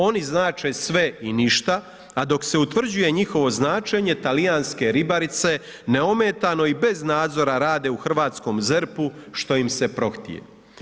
Oni znače sve i ništa, a dok se utvrđuje njihovo značenje talijanske ribarice neometano i bez nadzora rade u hrvatskom ZERP-u što im se prohtije.